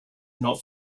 not